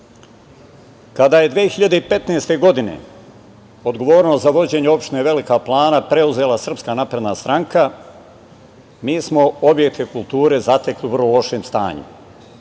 Kada je 2015. godine odgovornost za vođenje opštine Velika Plana preuzela SNS, mi smo objekte kulture zatekli u vrlo lošem stanju